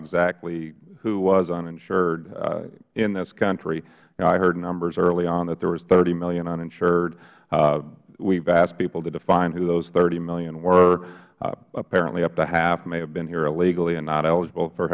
exactly who was uninsured in this country now i heard numbers early on that there was thirty million uninsured we have asked people to define who those thirty million were apparently up to half may have been here illegally and not eligible for